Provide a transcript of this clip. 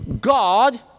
God